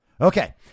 Okay